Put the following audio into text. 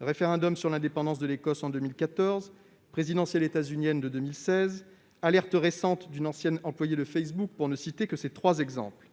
référendum sur l'indépendance de l'Écosse en 2014, présidentielle états-unienne de 2016, alertes récentes d'une ancienne employée de Facebook, pour ne citer que ces trois exemples.